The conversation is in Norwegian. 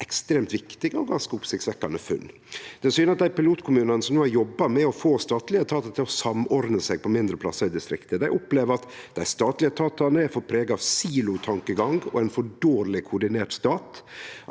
ekstremt viktige og ganske oppsiktsvekkjande funn. Ho syner at dei pilotkommunane som har jobba med å få statlege etatar til å samordne seg på mindre plassar i distrikta, opplever at – dei statlege etatane er for prega av silotankegang og ein for dårleg koordinert stat